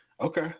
Okay